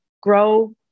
grow